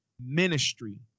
ministry